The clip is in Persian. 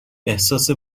احساس